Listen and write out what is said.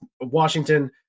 Washington